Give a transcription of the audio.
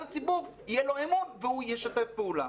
הציבור יהיה לו אמון והוא ישתף פעולה.